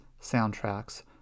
soundtracks